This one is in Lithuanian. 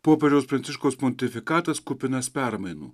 popiežiaus pranciškaus pontifikatas kupinas permainų